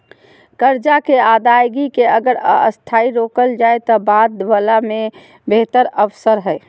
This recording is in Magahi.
कर्जा के अदायगी के अगर अस्थायी रोकल जाए त बाद वला में बेहतर अवसर हइ